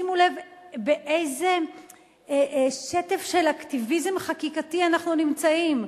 שימו לב באיזה שטף של אקטיביזם חקיקתי אנחנו נמצאים.